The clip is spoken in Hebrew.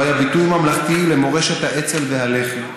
לא היה ביטוי ממלכתי למורשת האצ"ל והלח"י,